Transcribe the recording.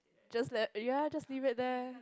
just let ya just leave it there